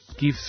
give